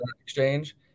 exchange